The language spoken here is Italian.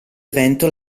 evento